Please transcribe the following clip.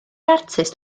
artist